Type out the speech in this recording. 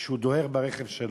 כשהוא דוהר ברכב שלו,